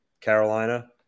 Carolina